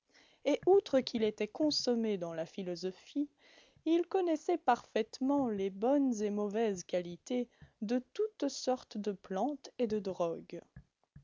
et outre qu'il était consommé dans la philosophie il connaissait parfaitement les bonnes et mauvaises qualités de toutes sortes de plantes et de drogues